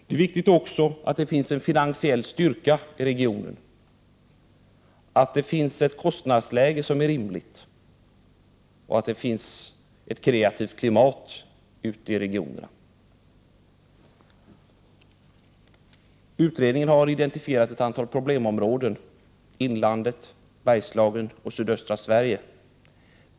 Det är också viktigt att det finns en finansiell styrka i regionen, att det finns ett rimligt kostnadsläge och att det finns ett kreativt klimat. Utredningen har identifierat ett antal problemområden — inlandet, Bergslagen och sydöstra Sverige.